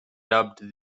dubbed